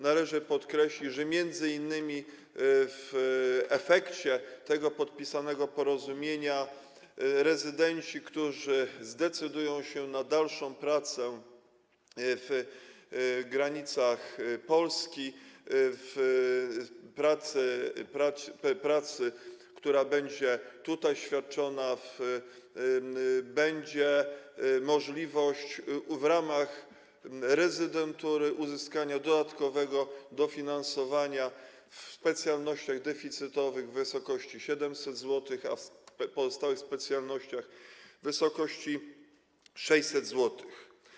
Należy podkreślić, że m.in. w efekcie tego podpisanego porozumienia w przypadku rezydentów, którzy zdecydują się na dalszą pracę w granicach Polski, pracę, która będzie tutaj świadczona, będzie możliwość w ramach rezydentury uzyskania dodatkowego dofinansowania: w specjalnościach deficytowych w wysokości 700 zł, a w pozostałych specjalnościach w wysokości 600 zł.